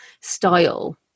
style